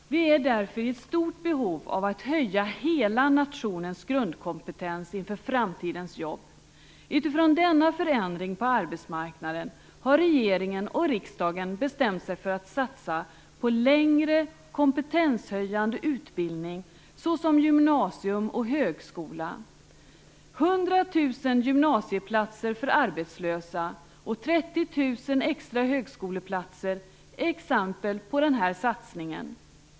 Vi är därför i stort behov av att höja hela nationens grundkompetens inför framtidens jobb. Utifrån denna förändring på arbetsmarknaden har regeringen och riksdagen bestämt sig för att satsa på längre kompetenshöjande utbildning såsom gymnasium och högskola. 100 000 gymnasieplatser för arbetslösa och 30 000 extra högskoleplatser är exempel på den här satsningen.